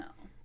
No